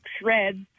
shreds